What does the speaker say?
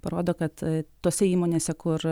parodo kad tose įmonėse kur